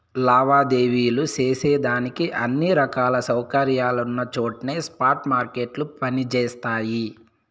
లావాదేవీలు సేసేదానికి అన్ని రకాల సౌకర్యాలున్నచోట్నే స్పాట్ మార్కెట్లు పని జేస్తయి